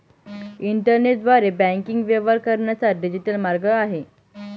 इंटरनेटद्वारे बँकिंग व्यवहार करण्याचा डिजिटल मार्ग आहे